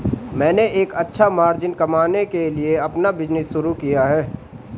मैंने एक अच्छा मार्जिन कमाने के लिए अपना बिज़नेस शुरू किया है